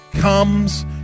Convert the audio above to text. comes